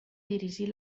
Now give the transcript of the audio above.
dirigir